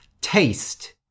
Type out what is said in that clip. Taste